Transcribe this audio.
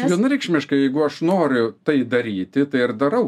vienareikšmiškai jeigu aš noriu tai daryti tai ir darau